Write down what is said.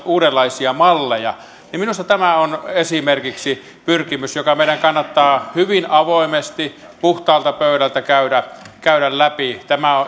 uudenlaisia malleja on minusta esimerkiksi pyrkimys joka meidän kannattaa hyvin avoimesti puhtaalta pöydältä käydä käydä läpi